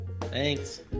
Thanks